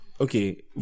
okay